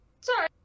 Sorry